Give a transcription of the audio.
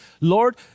Lord